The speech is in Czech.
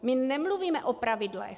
My nemluvíme o pravidlech.